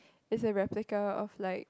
its a replica of like